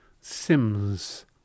Sims